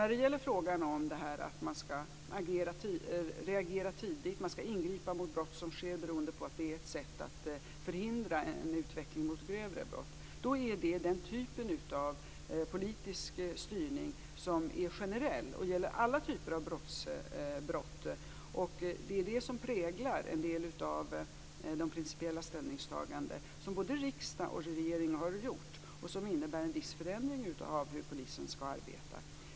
När det gäller frågan om att man skall reagera tidigt och att man skall ingripa mot brott som sker beroende på att det är ett sätt att förhindra en utveckling mot grövre brott, då är det den typen av politisk styrning som är generell och gäller alla typer av brott. Det är detta som präglar en del av de principiella ställningstaganden som både riksdag och regering har gjort och som innebär en viss förändring av hur polisen skall arbeta.